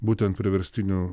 būtent priverstiniu